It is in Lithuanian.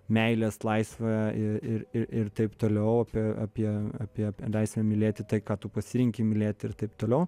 meilės laisvę ir ir ir taip toliau apie apie apie laisvę mylėti tai ką tu pasirenki mylėti ir taip toliau